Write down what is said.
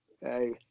Hey